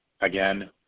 Again